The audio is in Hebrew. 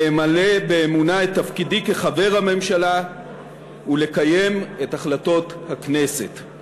למלא באמונה את תפקידי כחבר הממשלה ולקיים את החלטות הכנסת.